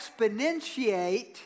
exponentiate